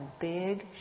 big